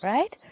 Right